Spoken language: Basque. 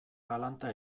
galanta